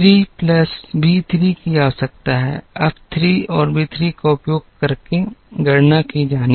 3 plus B 3 की आवश्यकता है अब 3 और बी 3 का उपयोग करके गणना की जानी है